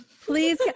Please